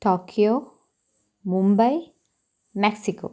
Tokyo Mumbai Mexico